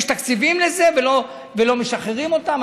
יש תקציבים לזה ולא משחררים אותם,